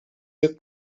your